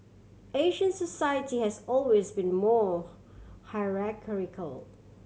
Asian society has always been more hierarchical